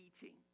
teaching